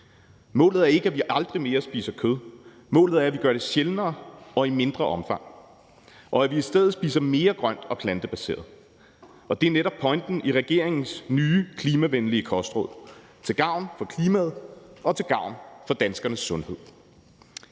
Målet er ikke, at vi aldrig mere spiser kød, målet er, at vi gør det sjældnere og i et mindre omfang, og at vi i stedet spiser mere grønt og plantebaseret. Det er netop pointen i regeringens nye klimavenlige kostråd, som er til gavn for klimaet og til gavn for danskernes sundhed.